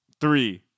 Three